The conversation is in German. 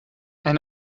ein